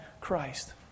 Christ